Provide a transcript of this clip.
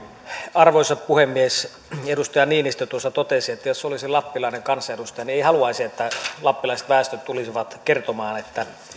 arvoisa puhemies edustaja niinistö tuossa totesi että jos olisi lappilainen kansanedustaja niin ei haluaisi että lappilaiset väestöt tulisivat kertomaan